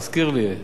תזכיר לי.